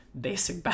basic